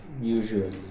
Usually